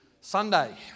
Sunday